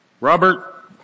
Robert